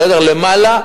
למעלה מכפול.